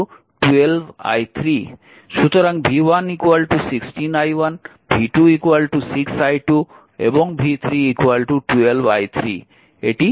সুতরাং v1 16 i1 v2 6 i2 এবং v3 12 i3